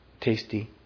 tasty